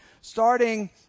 starting